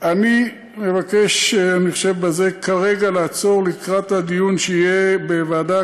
כרגע אני מבקש בזה לעצור לקראת הדיון שיהיה בוועדה,